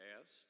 asked